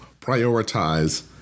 prioritize